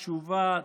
תשובה,